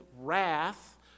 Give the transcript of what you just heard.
wrath